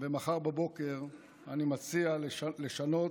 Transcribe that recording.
ומחר בבוקר אני מציע לשנות,